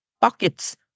pockets